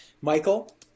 Michael